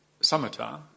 samatha